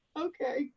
Okay